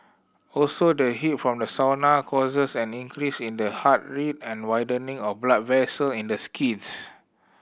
also the heat from the sauna causes an increase in the heart rate and widening of blood vessel in the skins